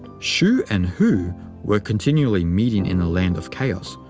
shu and hu were continually meeting in the land of chaos,